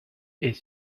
est